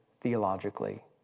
theologically